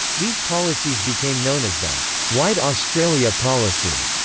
these policies became known as the white australia policy,